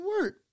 work